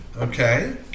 Okay